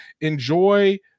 enjoy